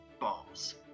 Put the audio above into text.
Balls